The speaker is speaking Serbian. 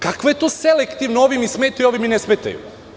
Kakva je to selektivna - ovi mi smetaju, ovi mi ne smetaju?